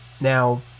now